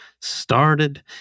started